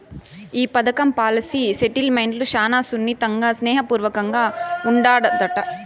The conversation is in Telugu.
ఈ పదకం పాలసీ సెటిల్మెంటు శానా సున్నితంగా, స్నేహ పూర్వకంగా ఉండాదట